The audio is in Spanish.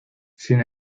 sin